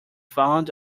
found